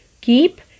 keep